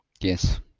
Yes